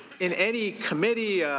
in any committee